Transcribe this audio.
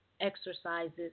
exercises